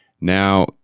Now